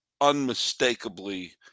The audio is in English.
unmistakably